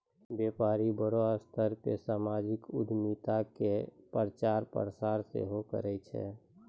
व्यपारी बड़ो स्तर पे समाजिक उद्यमिता के प्रचार प्रसार सेहो करै छै